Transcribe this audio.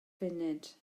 funud